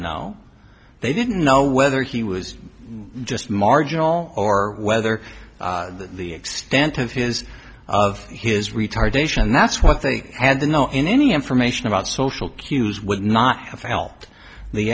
know they didn't know whether he was just marginal or whether the extent of his of his retardation that's what they had to know in any information about social cues would not have helped the